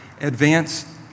advance